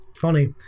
funny